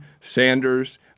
Sanders